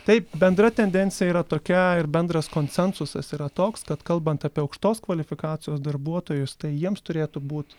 tai bendra tendencija yra tokia ir bendras koncensusas yra toks kad kalbant apie aukštos kvalifikacijos darbuotojus tai jiems turėtų būt